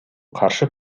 каршы